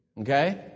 Okay